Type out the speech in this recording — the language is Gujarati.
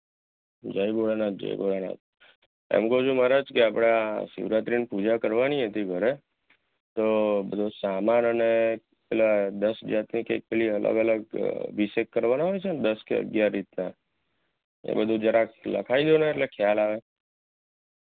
જય ભોળાનાથ જય ભોળાનાથ એમ કહું છું મહારાજ આપણે આ શિવરાત્રિની પૂજા કરવાની હતી ઘરે તો બધો સામાન અને પેલા દસ જાતની કંઈક પેલી અલગ અલગ અભિષેક કરવાના હોય છે ને દસ કે અગિયાર રીતના એ બધું જરાક લખાઈ દ્યોને એટલે ખ્યાલ આવે